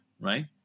right